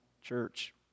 church